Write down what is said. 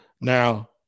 Now